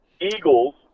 Eagles